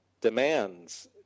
demands